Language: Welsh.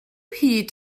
hyd